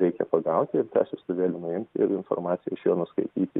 reikia pagauti ir tą siųstuvėlį nuimt ir informaciją iš jo nuskaityti